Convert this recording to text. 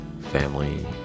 family